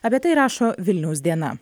apie tai rašo vilniaus diena